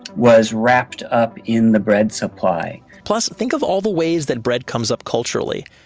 was wrapped up in the bread supply plus, think of all the ways that bread comes up culturally.